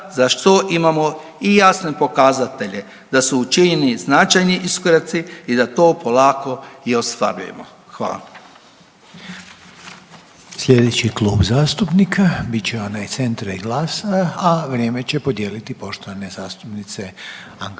za što imamo i jasne pokazatelje da su učinjeni značajni iskoraci i da to polako i ostvarujemo. Hvala.